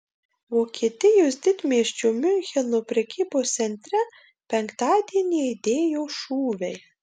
vokietijos didmiesčio miuncheno prekybos centre penktadienį aidėjo šūviai